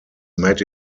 made